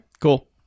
Cool